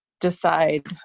decide